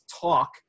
Talk